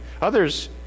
Others